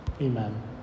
Amen